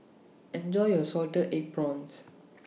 Enjoy your Salted Egg Prawns